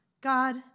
God